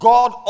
God